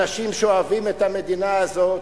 אנשים שאוהבים את המדינה הזאת,